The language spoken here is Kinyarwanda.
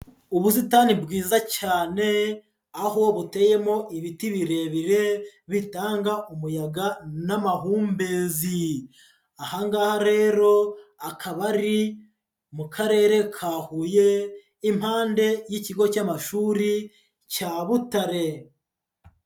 Ubusitani bwiza cyane aho buteyemo ibiti birebire bitanga umuyaga n'amahumbezi, aha ngaha rero akaba ari mu Karere ka Huye impande y'Ikigo cy'amashuri cya Butare.